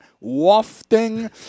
wafting